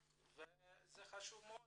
זה חשוב מאוד